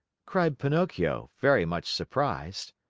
cried pinocchio, very much surprised.